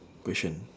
question